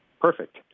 Perfect